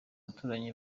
abaturanyi